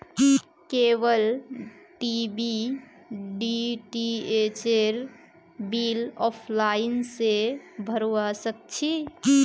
cable TV डीटीएचेर bill offline स भरवा सक छी